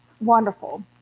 wonderful